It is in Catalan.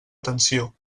atenció